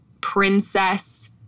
princess